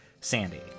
Sandy